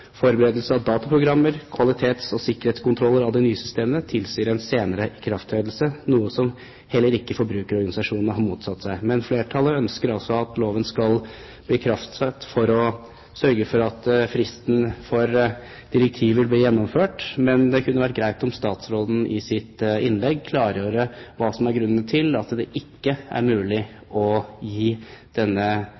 forberedelse av dataprogrammer, kvalitets- og sikkerhetskontroller av det nye systemet tilsier senere ikrafttredelse, noe som heller ikke forbrukerorganisasjonene har motsatt seg. Men flertallet ønsker altså at loven skal settes i kraft for å sørge for at fristen for gjennomføringen av direktivet blir overholdt. Men det kunne vært greit om statsråden i sitt innlegg klargjør hva som er grunnen til at det ikke er mulig